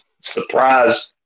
surprise